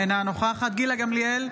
אינה נוכחת גילה גמליאל,